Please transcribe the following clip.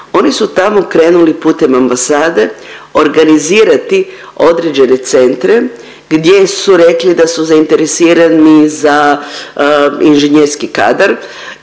Oni su tamo krenuli putem ambasade organizirati određene centre gdje su rekli da su zainteresirani za inženjerski kadar.